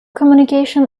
communication